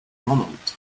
ronald